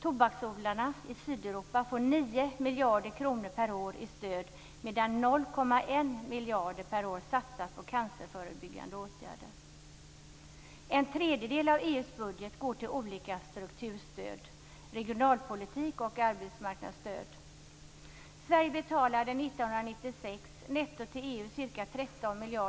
Tobaksodlarna i Sydeuropa får 9 miljarder kronor per år i stöd, medan 0,1 miljard per år satsas på cancerförebyggande åtgärder. En tredjedel av EU:s budget går till olika strukturstöd. Det gäller regionalpolitik och arbetsmarknadsstöd. Sverige betalade 1996 ca 13 miljarder kronor netto till EU.